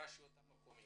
את הרשויות המקומיות.